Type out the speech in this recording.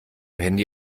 handy